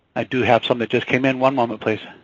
i do have some that just came in one moment please.